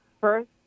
first